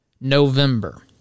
November